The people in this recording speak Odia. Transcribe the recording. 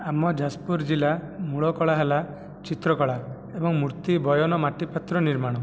ଆମ ଯାଜପୁର ଜିଲ୍ଲା ମୂଳ କଳା ହେଲା ଚିତ୍ରକଳା ଏବଂ ମୂର୍ତ୍ତି ବୟନ ମାଟିପାତ୍ର ନିର୍ମାଣ